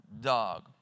dog